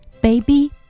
Baby